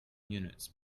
units